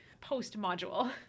post-module